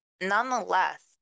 Nonetheless